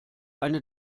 eine